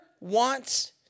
wants